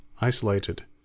isolated